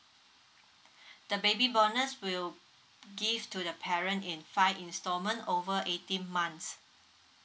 the baby bonus will give to the parent in fine instalment over eighteen months